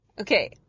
Okay